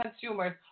consumers